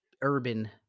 urban